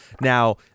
Now